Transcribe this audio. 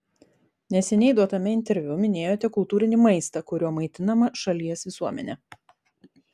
neseniai duotame interviu minėjote kultūrinį maistą kuriuo maitinama šalies visuomenė